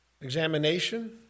examination